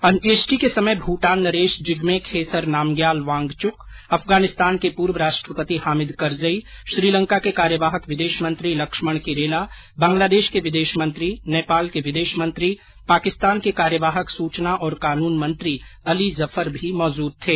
अंत्येष्टि के समय भूटान नरेश जिग्मे खेसर नामग्याल वांगचुक अफगानिस्तान के पूर्व राष्ट्रपति हामिद करजई श्रीलंका के कार्यवाहक विदेशमंत्री लक्ष्मण किरेला बंगलादेश के विदेश मंत्री नेपाल के विदेश मंत्री पाकिस्तान के कार्यवाहक सूचना और कानून मंत्री अली जफर भी मौजूद थे